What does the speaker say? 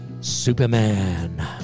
superman